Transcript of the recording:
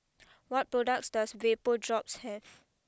what products does Vapodrops have